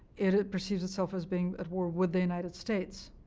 it it perceives itself as being at war with the united states